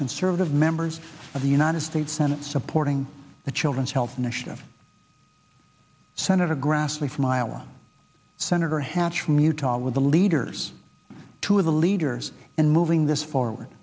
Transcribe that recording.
conservative members of the united states senate supporting the children's health initiative senator grassley from iowa senator hatch from utah with the leaders two of the leaders and moving this forward